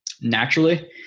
naturally